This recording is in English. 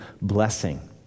blessing